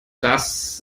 das